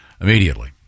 immediately